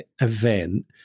event